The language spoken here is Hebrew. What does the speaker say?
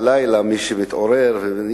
מי שמתעורר ב-02:00,